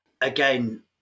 Again